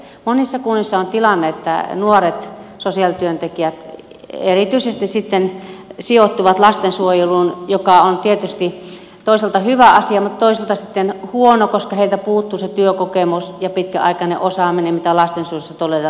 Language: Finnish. monissa kunnissa on tilanne että nuoret sosiaalityöntekijät erityisesti sitten sijoittuvat lastensuojeluun joka on tietysti toisaalta hyvä asia mutta toisaalta sitten huono koska heiltä puuttuu se työkokemus ja pitkäaikainen osaaminen mitä lastensuojelussa todella tarvitaan